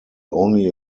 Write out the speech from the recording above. only